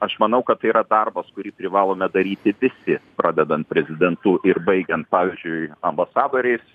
aš manau kad tai yra darbas kurį privalome daryti visi pradedan prezidentu ir baigiant pavyzdžiui ambasadoriais